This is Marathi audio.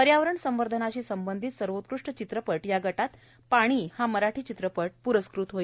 पर्यावरण संवर्धनाशी संबंधित सर्वोत्कृष्ट चित्रपट या गटात पाणी हा मराठी चित्रपट प्रस्कृत होणार आहे